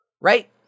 right